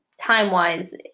time-wise